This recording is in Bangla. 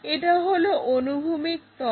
এটা হলো অনুভূমিক তল